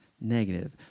negative